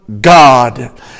God